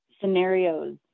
scenarios